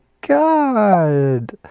god